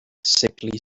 sickly